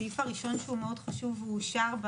הסעיף הראשון שהוא מאוד חשוב ואושר ויוצא